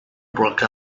broke